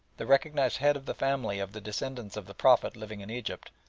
the recognised head of the family of the descendants of the prophet living in egypt,